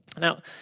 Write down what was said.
Now